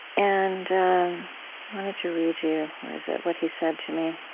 and i wanted to read you where is it what he said to me.